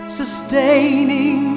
sustaining